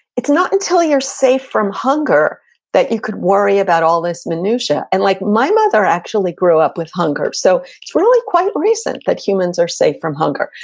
it's not until you're safe from hunger that you could worry about all this minutia. and like my mother actually grew up with hunger. so it's really quite recent that humans are safe from hunger.